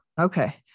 Okay